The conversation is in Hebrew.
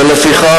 ולפיכך,